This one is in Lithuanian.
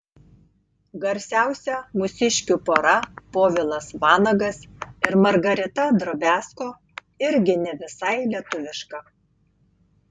garsiausia mūsiškių pora povilas vanagas ir margarita drobiazko irgi ne visai lietuviška